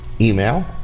Email